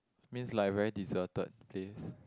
means like very deserted place